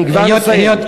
אני כבר מסיים.